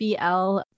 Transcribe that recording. BL